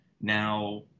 now